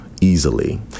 easily